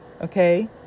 Okay